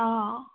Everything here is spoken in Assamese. অ'